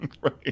right